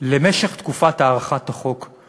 למשך תקופת הארכת החוק.